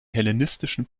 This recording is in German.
hellenistischen